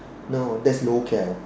no that's norcal